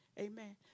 Amen